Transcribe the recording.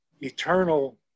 eternal